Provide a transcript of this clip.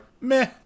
meh